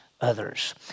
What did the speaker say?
others